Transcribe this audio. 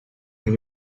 mehr